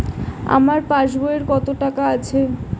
আমার পাস বইয়ে কত টাকা আছে?